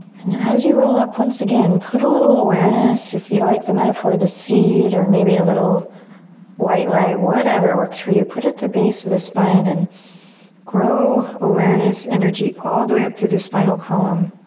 and as you roll up, once again, put a little awareness. if you like the metaphor of the seed or maybe a little white light, whatever works for you, put it at the base of the spine and grow awareness energy all the way up through the spinal column